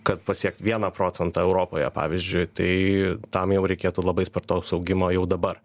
kad pasiekt vieną procentą europoje pavyzdžiui tai tam jau reikėtų labai spartaus augimo jau dabar